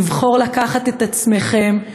לבחור לקחת את עצמכם,